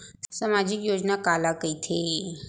सामाजिक योजना काला कहिथे?